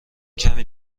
کمی